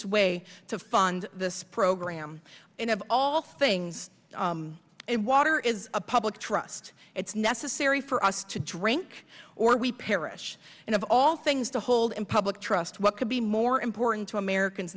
diffuse way to fund this program and of all things and water is a public trust it's necessary for us to drink or we perish and of all things to hold in public trust what could be more important to americans